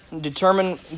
determine